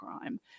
crime